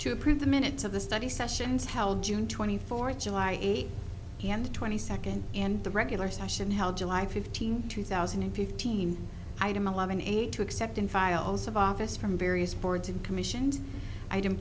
to approve the minutes of the study sessions held june twenty fourth july eighth and twenty second and the regular session held july fifteenth two thousand and fifteen item eleven eight to accept in files of office from various boards and commissions item